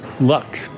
luck